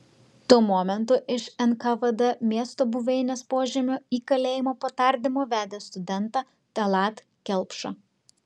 tuo momentu iš nkvd miesto buveinės požemio į kalėjimą po tardymo vedė studentą tallat kelpšą